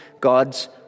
God's